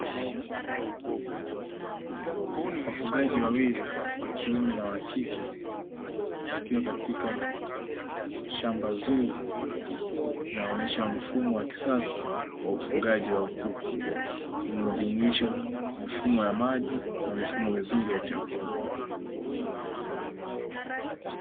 Wafugaji wawili wakiume na wakike, wakiwa katika shamba zuri linaloonesha mfumo wa kisasa wa ufugaji wa kuku, unaojumuisha mifumo ya maji na mifumo mizuri ya chakula.